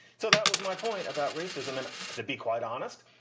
so that was my point about racism. and to be quite honest,